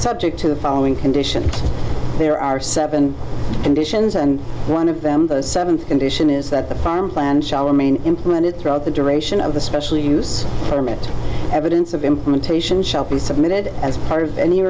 subject to the following conditions there are seven conditions and one of them the seventh condition is that the farm plan shall remain implemented throughout the duration of the special use from it evidence of implementation shall be submitted as part of any